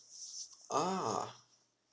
ah